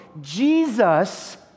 Jesus